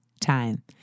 time